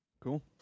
Cool